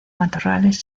matorrales